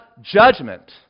judgment